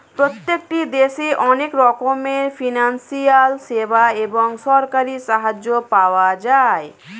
প্রত্যেকটি দেশে অনেক রকমের ফিনান্সিয়াল সেবা এবং সরকারি সাহায্য পাওয়া যায়